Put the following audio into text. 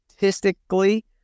Statistically